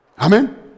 Amen